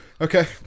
Okay